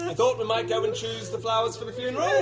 thought we might go and choose the flowers for the funeral?